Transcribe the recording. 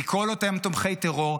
מכל אותם תומכי טרור,